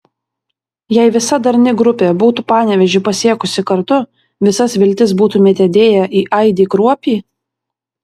jei visa darni grupė būtų panevėžį pasiekusi kartu visas viltis būtumėte dėję į aidį kruopį